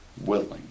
willing